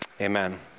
Amen